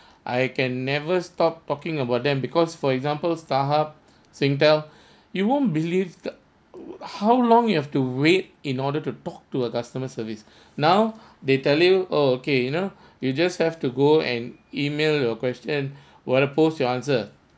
I can never stop talking about them because for example StarHub SingTel you won't believe how long you have to wait in order to talk to a customer service now they tell you oh okay you know you just have to go and email your questions what the post your answer